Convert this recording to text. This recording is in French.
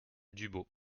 dubos